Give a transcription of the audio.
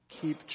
keep